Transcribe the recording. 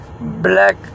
black